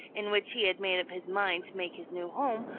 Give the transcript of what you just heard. in which he had made up his mind to make his new home,